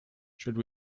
should